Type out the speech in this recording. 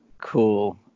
cool